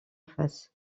face